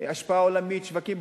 השפעה עולמית, שווקים.